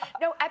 No